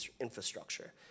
infrastructure